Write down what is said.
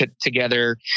together